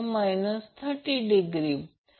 तर मग्निट्यूड तीच राहील